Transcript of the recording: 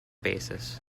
basis